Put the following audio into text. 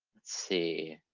let's see.